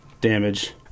damage